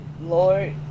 Lord